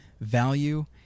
value